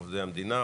עובדי מדינה,